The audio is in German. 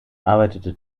arbeitete